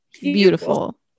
beautiful